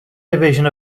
division